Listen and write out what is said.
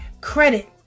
credit